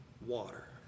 water